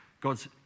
God's